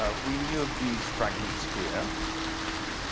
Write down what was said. ah we knew of these fragments here